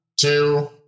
two